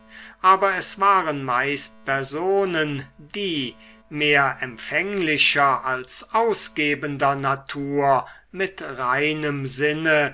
aber es waren meist personen die mehr empfänglicher als ausgebender natur mit reinem sinne